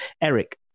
Eric